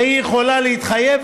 והיא יכולה להתחייב,